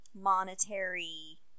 monetary